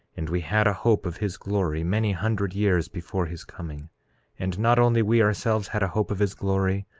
and we had a hope of his glory many hundred years before his coming and not only we ourselves had a hope of his glory,